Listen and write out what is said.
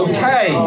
Okay